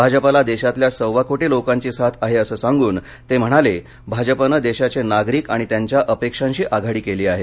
भाजपाला देशातल्या सव्वाकोटी लोकांची साथ आहे असं सांगून ते म्हणाले भाजपानं देशाचे नागरिक आणि त्यांच्या अपेक्षांशी आघाडी केली आहे